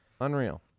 Unreal